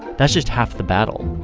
that's just half the battle.